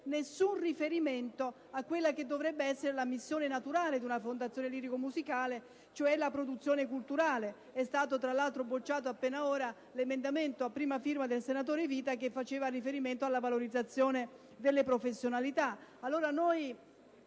nessun riferimento a quella che dovrebbe essere la missione naturale di una fondazione lirico musicale, cioè la produzione culturale. È stato tra l'altro bocciato appena ora l'emendamento a prima firma del senatore Vita, che faceva riferimento proprio alla valorizzazione delle professionalità. Noi